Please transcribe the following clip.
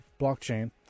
blockchain